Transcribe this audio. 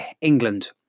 England